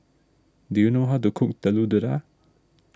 do you know how to cook Telur Dadah